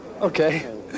Okay